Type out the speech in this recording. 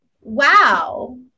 Wow